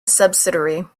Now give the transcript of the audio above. subsidiary